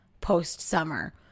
post-summer